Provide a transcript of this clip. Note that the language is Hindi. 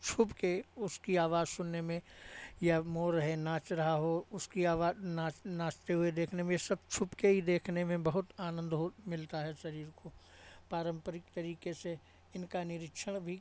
छुप के उसकी आवाज सुनने में या मोर है नाच रहा हो उसकी आवाज नाच नाचते हुए देखने में ये सब छुप के ही देखने में बहुत आनंद हो मिलता है शरीर को पारंपरिक तरीके से इनका निरीक्षण भी